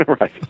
Right